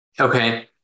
Okay